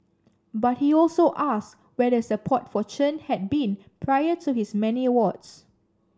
but he also asks where the support for Chen had been prior to his many awards